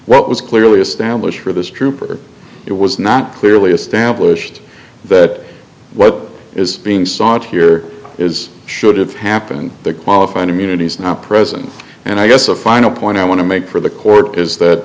what was clearly established for this trooper it was not clearly established that what is being sought here is should have happened that qualified immunity is not present and i guess a final point i want to make for the court is